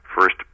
first